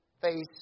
face